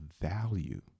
value